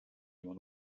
immer